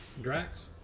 drax